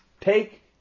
Take